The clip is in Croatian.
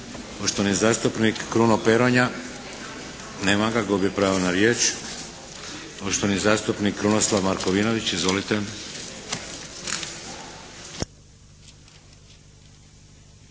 Poštovani zastupnik Kruno Peronja. Nema ga. Gubi pravo na riječ. Poštovani zastupnik Krunoslav Markovinović. Izvolite.